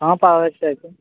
हँ कहाँ पर आबैके रहतै